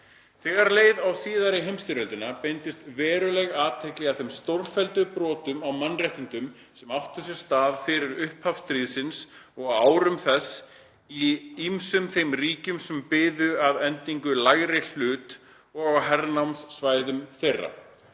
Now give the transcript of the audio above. Þegar leið á síðari heimstyrjöldina beindist veruleg athygli að þeim stórfelldu brotum á mannréttindum sem áttu sér stað fyrir upphaf stríðsins og á árum þess í ýmsum þeim ríkjum sem biðu þar að endingu lægri hlut og á hernámssvæðum þeirra.